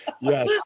Yes